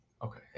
Okay